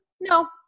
no